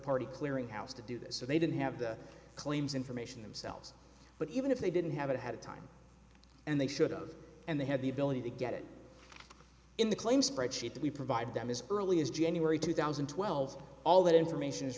party clearinghouse to do this so they didn't have the claims information themselves but even if they didn't have it had time and they should of and they had the ability to get it in the claims spreadsheet that we provide them as early as january two thousand and twelve all that information is